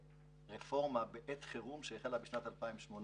ורפורמה בעת חירום שהחלה בשנת 2018,